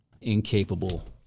incapable